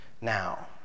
Now